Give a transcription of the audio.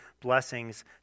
blessings